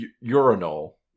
urinal